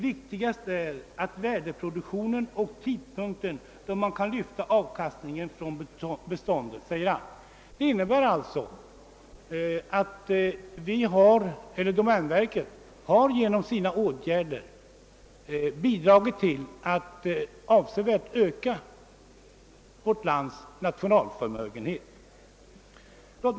”Viktigast är värdeproduktionen och tidpunkten då man kan lyfta avkastningen från beståndet', säger han.» Domänverket har alltså genom sina åtgärder avsevärt bidragit till att öka vår nationalförmögenhet.